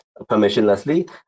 permissionlessly